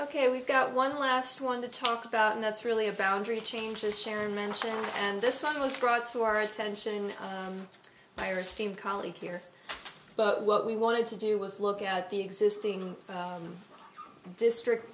ok we've got one last one to talk about and that's really a boundary changes sharon mentioned and this one was brought to our attention by or steam colleague here but what we wanted to do was look at the existing district